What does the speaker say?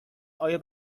ایا